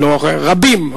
רבים,